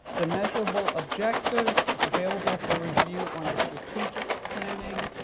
the measurable objectives available for review on the strategic planning